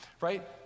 right